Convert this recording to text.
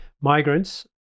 migrants